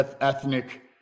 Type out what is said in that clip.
ethnic